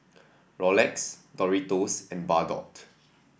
Rolex Doritos and Bardot